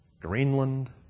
Greenland